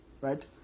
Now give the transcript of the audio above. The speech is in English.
Right